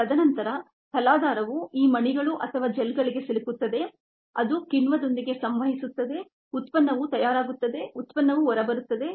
ತದನಂತರ ತಲಾಧಾರವು ಈ ಮಣಿಗಳು ಅಥವಾ ಜೆಲ್ಗಳಿಗೆ ಸಿಲುಕುತ್ತದೆ ಅದು ಕಿಣ್ವದೊಂದಿಗೆ ಸಂವಹಿಸುತ್ತದೆ ಉತ್ಪನ್ನವು ತಯಾರಾಗುತ್ತದೆ ಉತ್ಪನ್ನವು ಹೊರಬರುತ್ತದೆ